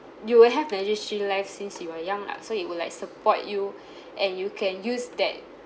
you will have MediShield life since you are young lah so it will like support you and you can use that